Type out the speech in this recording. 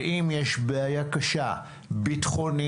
ואם יש בעיה קשה ביטחונית,